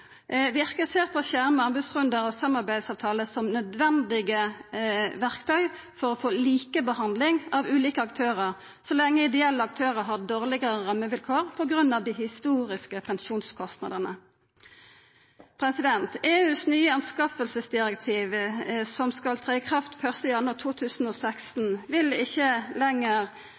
dei ser på skjerma anbodsrunder og samarbeidsavtale som nødvendige verktøy for å få likebehandling av ulike aktørar så lenge ideelle aktørar har dårlegare rammevilkår på grunn av dei historiske pensjonskostnadene. EUs nye anskaffingsdirektiv, som skal tre i kraft 1. januar 2016, vil om det vert implementert, ikkje lenger